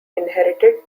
inherited